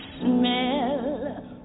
smell